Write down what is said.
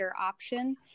option